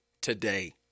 today